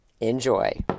Enjoy